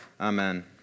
amen